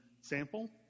sample